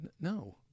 No